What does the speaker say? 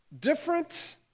different